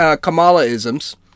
Kamala-isms